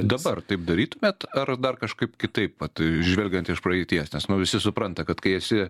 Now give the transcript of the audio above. dabar taip darytumėt ar dar kažkaip kitaip vat žvelgiant iš praeities nes nu visi supranta kad kai esi